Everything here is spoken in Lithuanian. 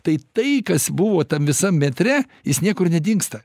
tai tai kas buvo tam visam metre jis niekur nedingsta